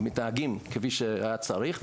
מתנהגים כפי שהיה צריך,